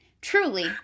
Truly